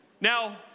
Now